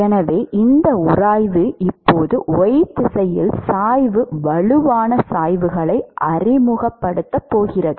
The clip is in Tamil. எனவே இந்த உராய்வு இப்போது y திசையில் சாய்வு வலுவான சாய்வுகளை அறிமுகப்படுத்தப் போகிறது